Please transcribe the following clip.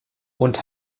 und